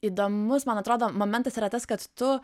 įdomus man atrodo momentas yra tas kad tu